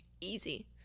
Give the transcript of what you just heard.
Easy